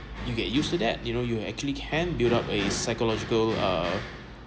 you get used to that you know you actually can build up a psychological uh